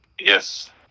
Yes